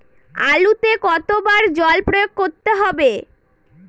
আলুতে কতো বার জল প্রয়োগ করতে হবে?